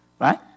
right